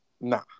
nah